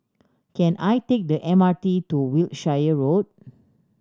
can I take the M R T to Wiltshire Road